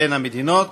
בין המדינות.